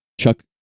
Chuck